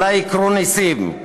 אולי יקרו נסים,